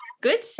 Good